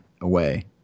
away